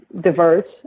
diverse